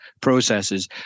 processes